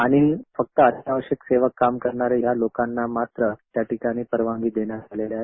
आणि फक्त अत्यावश्यक सेवेत काम करणाऱ्या लोकांना मात्र त्या ठिकाणी परवानगी देण्यात आलेल्या आहेत